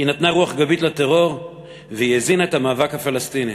היא נתנה רוח גבית לטרור והיא הזינה את המאבק הפלסטיני.